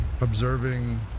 observing